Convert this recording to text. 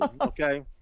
okay